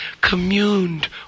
communed